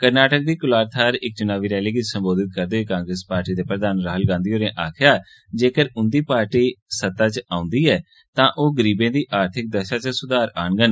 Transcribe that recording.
कर्नाटक दी कोलार थाहर इक चुनावी रैली गी संबोधित करदे होई कांग्रेस पार्टी दे प्रधान राहुल गांधी होरें आखेआ जेक्कर उंदी पार्टी सत्ता च औंदी ऐ तां ओह् गरीबें दी आर्थिक दशा च सुधार आह्न्नङन